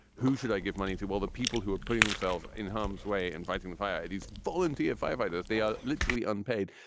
who should i give money to? all the people who are putting themselves in harm's way and fighting the fire. it is volunteer firefighters. they are literally unpaid.